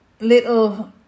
little